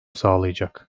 sağlayacak